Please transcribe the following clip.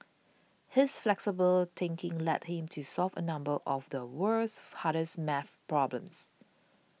his flexible thinking led him to solve a number of the world's hardest math problems